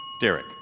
Derek